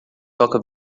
toca